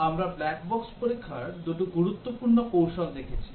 আমরা black box পরীক্ষার কৌশলগুলি সম্পর্কে পূর্ববর্তী সেশনে আলোচনা করছিলাম